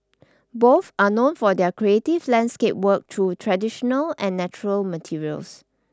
both are known for their creative landscape work through traditional and natural materials